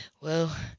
Well